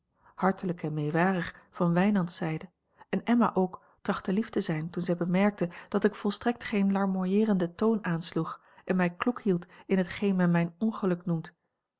hartelijk en meewarig van wijnand's zijde en emma ook trachtte lief te zijn toen zij bemerkte dat ik volstrekt geen larmoieerenden toon aansloeg en mij kloek hield in hetgeen men mijn ongeluk noemt